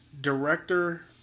director